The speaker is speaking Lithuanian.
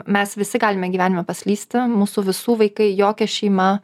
mes visi galime gyvenime paslysti mūsų visų vaikai jokia šeima